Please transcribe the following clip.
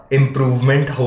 improvement